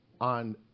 on